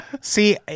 see